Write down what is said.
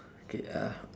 okay uh